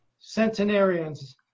centenarians